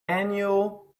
annual